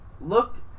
looked